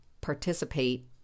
participate